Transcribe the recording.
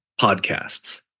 podcasts